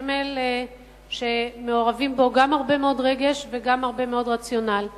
סמל שמעורבים בו גם הרבה מאוד רגש וגם הרבה מאוד רציונל.